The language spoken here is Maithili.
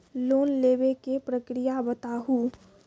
लोन लेवे के प्रक्रिया बताहू?